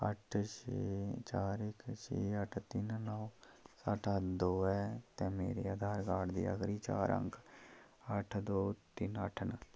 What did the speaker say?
अट्ठ छे चार इक छे अट्ठ तिन्न नौ सत्त दो ऐ ते मेरे आधार कार्ड दे आखरी चार अंक अट्ठ दो तिन्न अट्ठ न